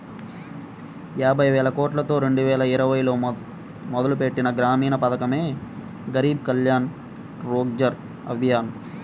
యాబైవేలకోట్లతో రెండువేల ఇరవైలో మొదలుపెట్టిన గ్రామీణ పథకమే గరీబ్ కళ్యాణ్ రోజ్గర్ అభియాన్